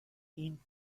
این